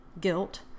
guilt